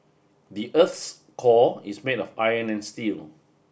the earth's core is made of iron and steel